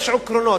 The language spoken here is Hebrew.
יש עקרונות.